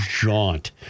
jaunt